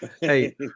Hey